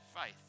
faith